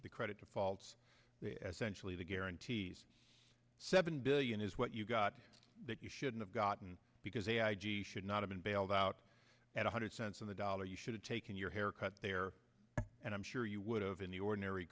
the credit default sensually the guarantees seven billion is what you got that you should have gotten because they should not have been bailed out at one hundred cents on the dollar you should have taken your haircut there and i'm sure you would have in the ordinary